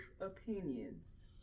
opinions